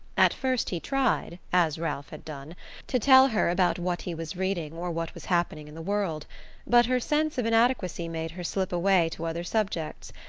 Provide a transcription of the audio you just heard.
at first he tried as ralph had done to tell her about what he was reading or what was happening in the world but her sense of inadequacy made her slip away to other subjects,